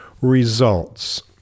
results